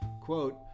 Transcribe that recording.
Quote